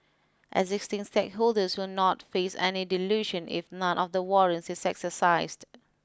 existing stakeholders will not face any dilution if none of the warrants is exercised